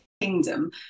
kingdom